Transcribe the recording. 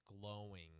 glowing